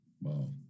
Wow